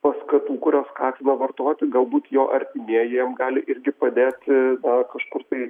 paskatų kurios skatina vartoti galbūt jo artimieji jam gali irgi padėti na kažkur tai